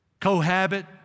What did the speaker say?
cohabit